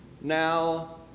Now